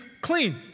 clean